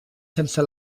sense